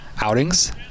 outings